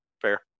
fair